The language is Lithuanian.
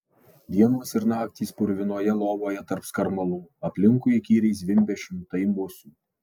dienos ir naktys purvinoje lovoje tarp skarmalų aplinkui įkyriai zvimbia šimtai musių